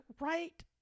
right